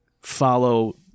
follow